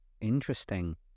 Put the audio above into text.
Interesting